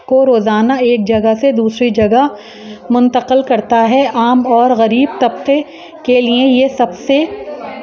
کو روزانہ ایک جگہ سے دوسری جگہ منتقل کرتا ہے عام اور غریب طبقے کے لیے یہ سب سے